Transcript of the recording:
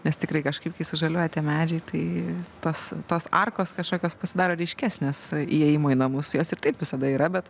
nes tikrai kažkaip kai sužaliuoja tie medžiai tai tos tos arkos kažkokios pasidaro ryškesnės įėjimo į namus jos ir taip visada yra bet